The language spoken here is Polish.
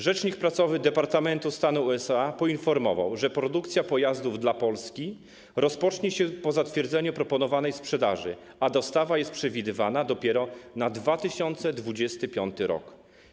Rzecznik prasowy Departamentu Stanu USA poinformował, że produkcja pojazdów dla Polski rozpocznie się po zatwierdzeniu proponowanej sprzedaży, a dostawa jest przewidywana dopiero na 2025 r.